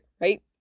right